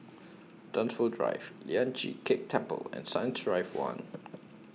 Dunsfold Drive Lian Chee Kek Temple and Science Drive one